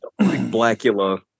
Blackula